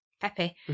Pepe